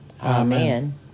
Amen